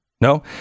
No